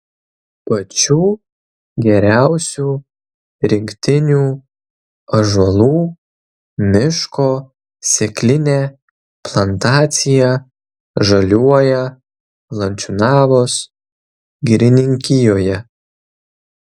pačių geriausių rinktinių ąžuolų miško sėklinė plantacija žaliuoja lančiūnavos girininkijoje